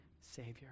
Savior